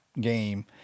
game